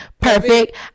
Perfect